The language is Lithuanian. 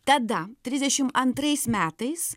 tada trisdešim antrais metais